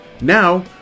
Now